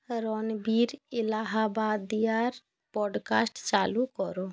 রণবীর এলাহাবাদিয়ার পডকাস্ট চালু করো